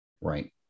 Right